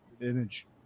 image